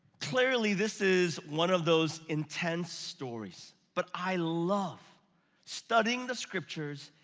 clearly, this is one of those intense stories, but i love studying the scriptures,